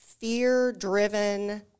fear-driven